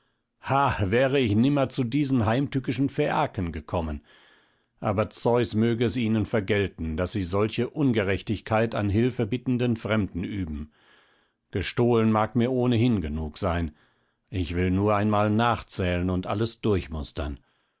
wäre ich nimmer zu diesen heimtückischen phäaken gekommen aber zeus möge es ihnen vergelten daß sie solche ungerechtigkeit an hilfebittenden fremden üben gestohlen mag mir ohnehin genug sein ich will nur einmal nachzählen und alles durchmustern